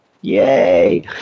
Yay